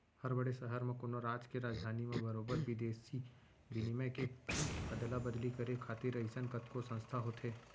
हर बड़े सहर म, कोनो राज के राजधानी म बरोबर बिदेसी बिनिमय के अदला बदली करे खातिर अइसन कतको संस्था होथे